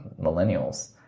millennials